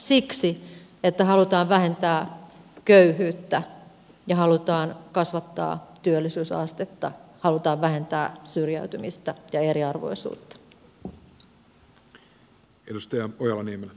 siksi että halutaan vähentää köyhyyttä ja halutaan kasvattaa työllisyysastetta halutaan vähentää syrjäytymistä ja eriarvoisuutta